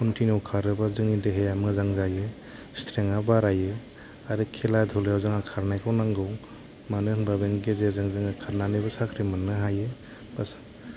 continue खारोबा जोंनि देहाया मोजां जायो सिथ्रेन्थया बारायो आरो खेला दुला आव जोंहा खारनायखौ नांगौ मानो होनबा बेनि गेजेरजों जोङो खारनानै बो साख्रि मोननो हायो